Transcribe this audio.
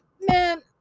Man